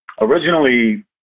Originally